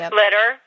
litter